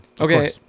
okay